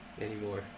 anymore